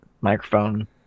microphone